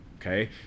Okay